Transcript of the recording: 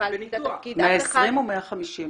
120 או 150?